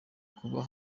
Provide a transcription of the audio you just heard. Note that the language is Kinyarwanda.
kuba